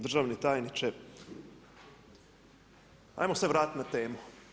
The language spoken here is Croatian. Državni tajniče, ajmo se vratiti na temu.